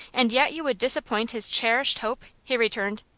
and yet you would disappoint his cherished hope! he returned.